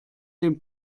dem